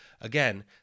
Again